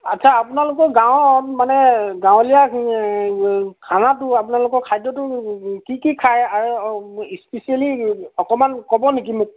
আচ্ছা আপোনালোক গাঁওত মানে গাঁৱলীয়া খানাটো আপোনালোকৰ খাদ্যটো কি কি খায় আৰু ইস্পিচিয়েলি অকণমান ক'ব নেকি মোক